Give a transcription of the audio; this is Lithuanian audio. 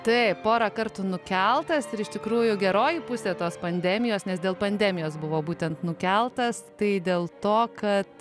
taip porą kartų nukeltas ir iš tikrųjų geroji pusė tos pandemijos nes dėl pandemijos buvo būtent nukeltas tai dėl to kad